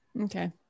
okay